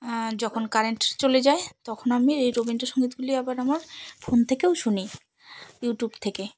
যখন কারেন্ট চলে যায় তখন আমি এই রবীন্দ্রসঙ্গীতগুলি আবার আমার ফোন থেকেও শুনি ইউটিউব থেকে